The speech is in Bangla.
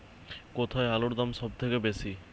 কোথায় আলুর দাম সবথেকে বেশি?